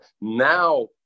now